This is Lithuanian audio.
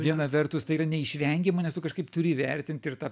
viena vertus tai yra neišvengiama nes tu kažkaip turi įvertint ir tą